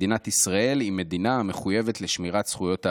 מדינת ישראל היא מדינה המחויבת לשמירת זכויות האדם.